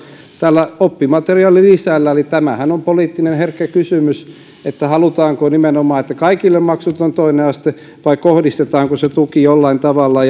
oppimateriaalilisällä eli tämähän on herkkä poliittinen kysymys halutaanko nimenomaan kaikille maksuton toinen aste vai kohdistetaanko se tuki jollain tavalla